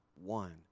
one